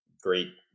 great